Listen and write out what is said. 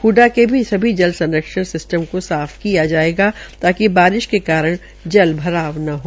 हडा की भी जल संरक्षण सिस्टम को साफ किया जायेगा ताकि बारिश के कारण जल भराव न हो